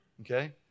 okay